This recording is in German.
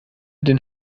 den